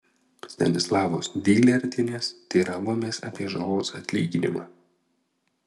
stanislavos dylertienės teiravomės apie žalos atlyginimą